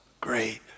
great